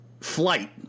flight